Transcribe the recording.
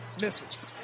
Misses